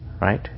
Right